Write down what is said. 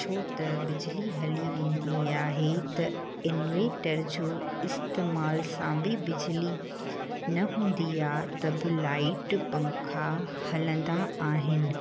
छो त बिजली हली वेंदी आहे त इनवेटर जो इस्तेमाल सां बि बिजली न हूंदी आहे त बि लाइट पंखा हलंदा आहिनि